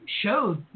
showed